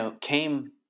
came